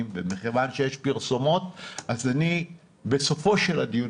ומכיוון שיש פרסומות אז בסופו של דיון,